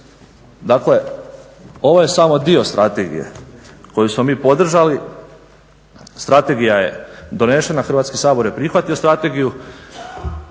Dakle, ovo je samo dio strategije koju smo mi podržali, strategija je donesena, Hrvatski sabor je prihvatio strategiju,